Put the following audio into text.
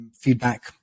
feedback